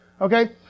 Okay